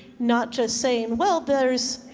not just saying, well, there's